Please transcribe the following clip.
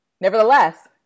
nevertheless